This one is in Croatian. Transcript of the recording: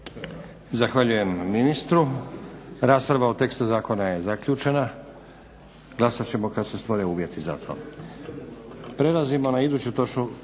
Zahvaljujem ministru. Rasprava o tekstu zakona je zaključena. Glasat ćemo kad se stvore uvjeti za to.